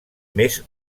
més